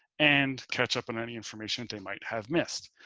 and catch up on any information they might have missed.